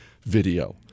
video